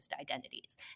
identities